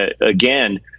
Again